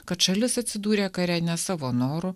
kad šalis atsidūrė kare ne savo noru